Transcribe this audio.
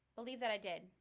believe that i did